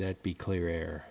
that be clear air